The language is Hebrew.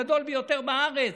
הגדול ביותר בארץ.